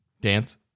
Dance